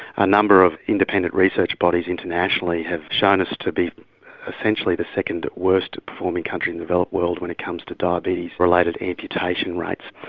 a number of independent research bodies internationally have shown us to be essentially the second worst performing country in the developed world when it comes to diabetes related amputation rates.